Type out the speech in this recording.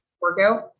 workout